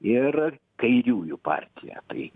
ir kairiųjų partija tai